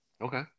Okay